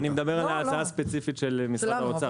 אני מדבר על ההצעה הספציפית של משרד האוצר,